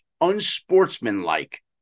unsportsmanlike